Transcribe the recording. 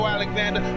Alexander